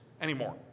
anymore